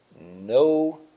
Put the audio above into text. no